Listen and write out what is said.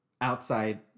outside